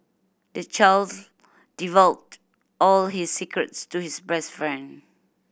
the child divulged all his secrets to his best friend